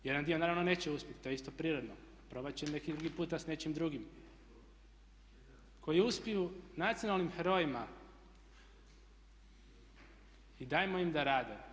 Jedan dio naravno neće uspjeti to je isto prirodno, probat će neki drugi puta s nečim drugim, koji uspiju nacionalnim herojima i dajmo im da rade.